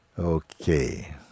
Okay